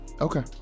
Okay